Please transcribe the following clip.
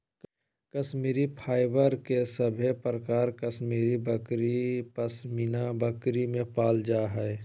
Kashmiri fibre के सभे प्रकार कश्मीरी बकरी, पश्मीना बकरी में पायल जा हय